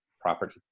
property